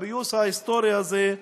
לפיוס ההיסטורי הזה,